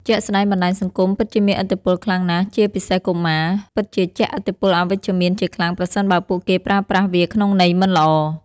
ជាក់ស្ដែងបណ្តាញសង្គមពិតជាមានឥទ្ធិពលខ្លាំងណាស់ជាពិសេសកុមារ ពិតជាជះផលអវិជ្ជមានជាខ្លាំងប្រសិនបើពួកគេប្រើប្រាស់វាក្នុងន័យមិនល្អ។